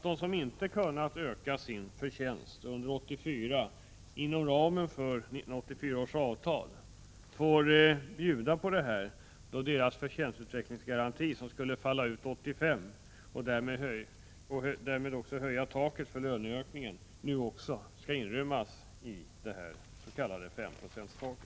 De som inte har kunnat öka sin förtjänst under 1984 inom ramen för 1984 års avtal får bjuda på detta, då deras förtjänstutvecklingsgaranti, som skulle falla ut 1985 och därmed höja taket för löneökningen, nu också skall inrymmas under det s.k. 5-procentstaket.